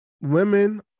Women